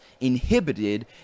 inhibited